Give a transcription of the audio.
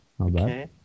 Okay